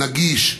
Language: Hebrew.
נגיש,